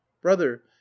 brother